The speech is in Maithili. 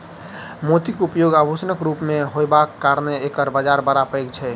मोतीक उपयोग आभूषणक रूप मे होयबाक कारणेँ एकर बाजार बड़ पैघ छै